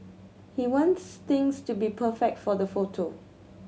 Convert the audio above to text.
he wants things to be perfect for the photo